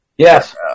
Yes